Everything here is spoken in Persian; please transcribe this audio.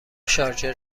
شارژر